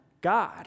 God